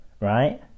right